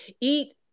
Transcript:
eat